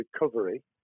recovery